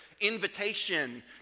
invitation